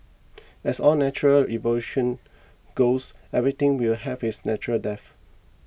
as all natural evolution goes everything will have its natural death